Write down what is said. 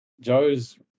Joe's